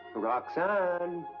roxane?